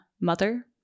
mother